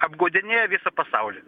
apgaudinėja visą pasaulį